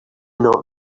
not